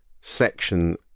section